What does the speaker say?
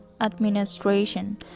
Administration